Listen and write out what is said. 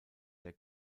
der